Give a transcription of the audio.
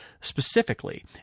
specifically